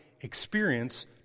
experience